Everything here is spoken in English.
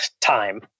time